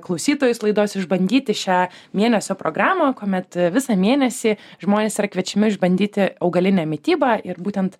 klausytojus laidos išbandyti šią mėnesio programą kuomet visą mėnesį žmonės yra kviečiami išbandyti augalinę mitybą ir būtent